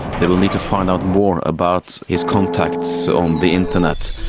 they will need to find out more about his contacts on the internet.